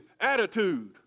attitude